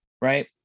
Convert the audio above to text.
right